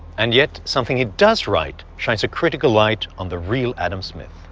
and yet something he does write shines a critical light on the real adam smith.